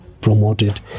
promoted